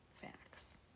facts